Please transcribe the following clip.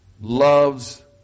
loves